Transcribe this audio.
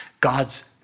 God's